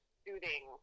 soothing